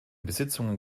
besitzungen